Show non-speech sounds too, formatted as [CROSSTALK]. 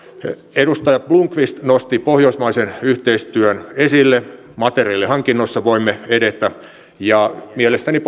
edustaja blomqvist nosti pohjoismaisen yhteistyön esille materiaalihankinnoissa voimme edetä ja mielestäni [UNINTELLIGIBLE]